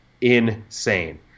Insane